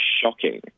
shocking